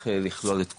צריך לכלול את כולם.